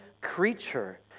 creature